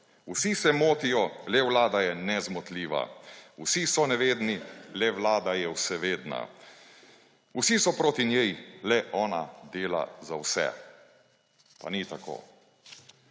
Vsi se motijo, le vlada je nezmotljiva. Vsi so nevedni, le vlada je vsevedna. Vsi so proti njej, le ona dela za vse. Pa ni tako.